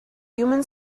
human